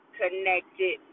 connected